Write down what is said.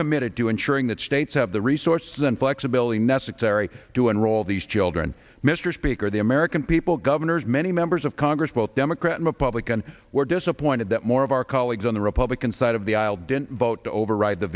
committed to ensuring that states have the resources and flexibility necessary to enroll these children mr speaker the american people governors many members of congress both democrat and republican were disappointed that more of our colleagues on the republican side of the aisle didn't vote to override the